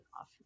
off